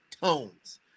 Tones